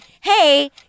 hey